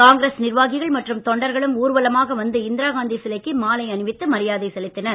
காங்கிரஸ் நிர்வாகிகள் மற்றும் தொண்டர்களும் ஊர்வலமாக வந்து இந்திராகாந்தி சிலைக்கு மாலை அணிவித்து மரியாதை செலுத்தினர்